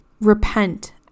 repent